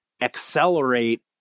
accelerate